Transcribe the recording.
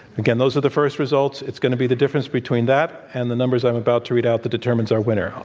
again, those are the first results. it's going to be the difference between that and the numbers i'm about to read out that determines our winner.